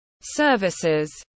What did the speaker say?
services